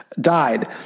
died